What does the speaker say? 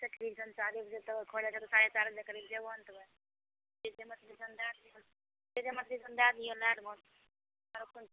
अच्छा ठीक छै हम चारि बजे खोलै छऽ तऽ साढ़े चारि बजे करीब जेबहो अन्तमे से जे मछली दए दिहन से मछली देए दिहन लए लेबहो आरो कोन